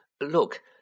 Look